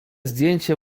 zdjęcie